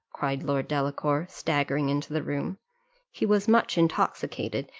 cried lord delacour, staggering into the room he was much intoxicated,